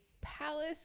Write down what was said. palace